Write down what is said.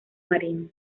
marinos